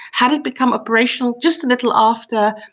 had it become operational just a little after,